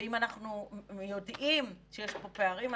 ואם אנחנו יודעים שיש פה פערים,